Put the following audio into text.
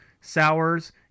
sours